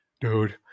dude